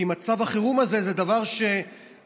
כי מצב החירום הזה הוא דבר שהבריטים,